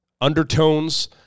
undertones